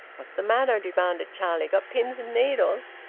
what's the matter? demanded charlie. got pins and needles?